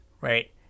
Right